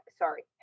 sorry